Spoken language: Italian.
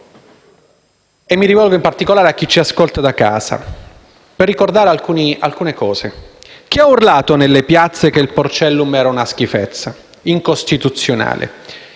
Mi rivolgo, in particolare, a chi ci ascolta da casa per ricordare alcuni punti. Chi ha urlato nelle piazze che il Porcellum era una schifezza incostituzionale?